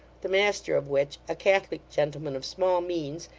the master of which, a catholic gentleman of small means,